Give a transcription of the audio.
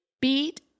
beat